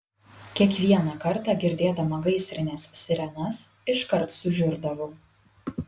kiekvieną kartą girdėdama gaisrinės sirenas iškart sužiurdavau